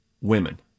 women